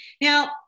Now